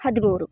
ಹದಿಮೂರು